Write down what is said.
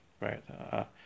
right